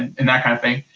and that kind of thing.